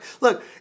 look